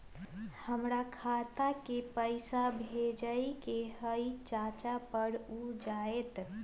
हमरा खाता के पईसा भेजेए के हई चाचा पर ऊ जाएत?